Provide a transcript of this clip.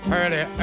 early